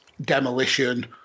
Demolition